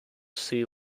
sea